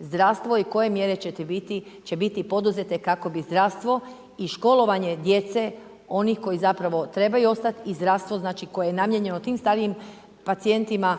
zdravstvo i koje mjere će biti poduzete kako bi zdravstvo i školovanje djece, onih koji zapravo trebaju ostat i zdravstvo znači koje je namijenjeno tim starijim pacijentima,